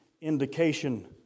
indication